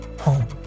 home